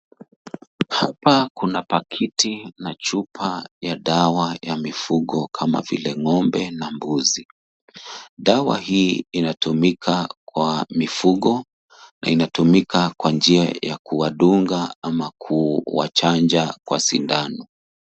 Hapa kuna pakiti na chupa ya dawa ya mifugo, kama vile ng'ombe na mbuzi. Dawa hii inatumika kwa mifugo. Linatumika kwa njia ya kuwadunga ama kuwachanja kwa sindano.